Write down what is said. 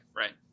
right